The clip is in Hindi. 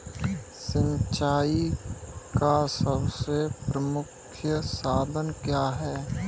सिंचाई का सबसे प्रमुख साधन क्या है?